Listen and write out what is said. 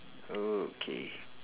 okay